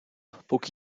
póki